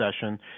session